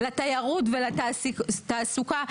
לתיירות ולתעסוקה.